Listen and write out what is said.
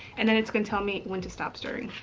and then it's gonna tell me when to stop stirring.